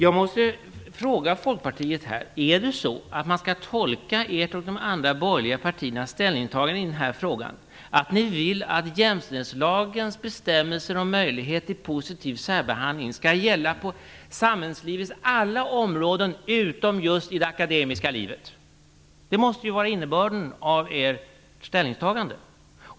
Jag måste fråga Folkpartiet: Är det så att man skall tolka ert och de andra borgerliga partiernas ställningstagande i denna fråga som att ni vill att jämställdhetslagens bestämmelser om möjlighet till positiv särbehandling skall gälla på samhällslivets alla områden, utom just i det akademiska livet? Det måste vara innebörden av ert ställningstagande.